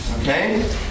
Okay